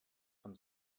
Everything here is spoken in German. von